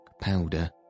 powder